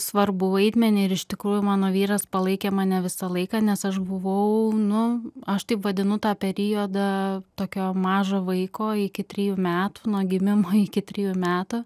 svarbų vaidmenį ir iš tikrųjų mano vyras palaikė mane visą laiką nes aš buvau nu aš taip vadinu tą periodą tokio mažo vaiko iki trijų metų nuo gimimo iki trijų metų